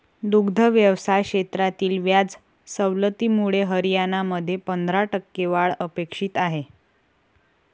दुग्ध व्यवसाय क्षेत्रातील व्याज सवलतीमुळे हरियाणामध्ये पंधरा टक्के वाढ अपेक्षित आहे